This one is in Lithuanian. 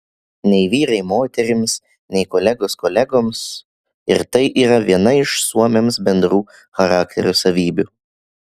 nei vyrai moterims nei kolegos kolegoms ir tai yra viena iš suomiams bendrų charakterio savybių